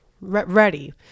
ready